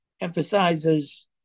emphasizes